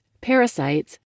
parasites